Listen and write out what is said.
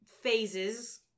phases